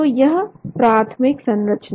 तो यह प्राथमिक संरचना